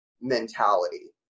mentality